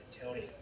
Antonio